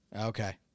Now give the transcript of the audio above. Okay